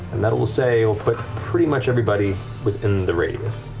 we'll say you'll put pretty much everybody within the radius,